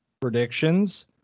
predictions